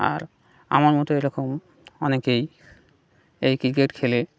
আর আমার মতো এরকম অনেকেই এই ক্রিকেট খেলে